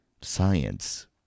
science